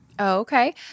Okay